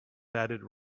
batted